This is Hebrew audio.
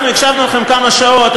אנחנו הקשבנו לכם כמה שעות,